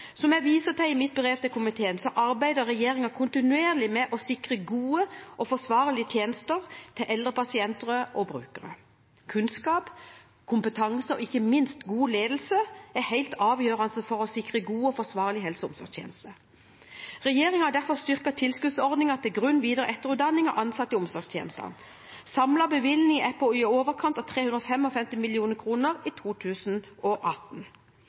Som jeg viser til i mitt brev til komiteen, arbeider regjeringen kontinuerlig med å sikre gode og forsvarlige tjenester til eldre pasienter og brukere. Kunnskap, kompetanse og ikke minst god ledelse er helt avgjørende for å sikre gode og forsvarlige helse- og omsorgstjenester. Regjeringen har derfor styrket tilskuddsordningen til grunn-, videre- og etterutdanning av ansatte i omsorgstjenesten. Samlet bevilgning er på i overkant